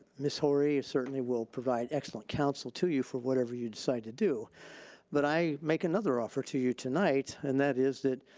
ms. hori certainly will provide excellent counsel to you for whatever you decide to do but i make another offer to you tonight and that is that